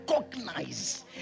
recognize